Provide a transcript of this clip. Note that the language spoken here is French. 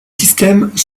systèmes